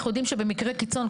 אנחנו יודעים שבמקרה קיצון,